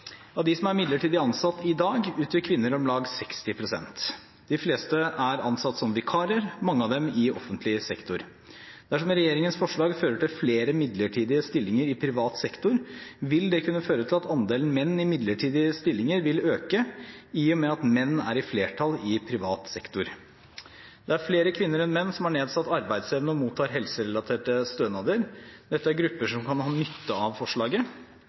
Av dem som er midlertidig ansatt i dag, utgjør kvinner om lag 60 pst. De fleste er ansatt som vikarer, mange av dem i offentlig sektor. Dersom regjeringens forslag fører til flere midlertidige stillinger i privat sektor, vil det kunne føre til at andelen menn i midlertidige stillinger vil øke, i og med at menn er i flertall i privat sektor. Det er flere kvinner enn menn som har nedsatt arbeidsevne og mottar helserelaterte stønader. Dette er grupper som kan ha nytte av forslaget.